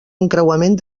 encreuament